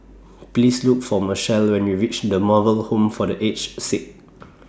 Please Look For Michaele when YOU REACH The Moral Home For The Aged Sick